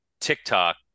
TikTok